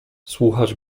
słuchać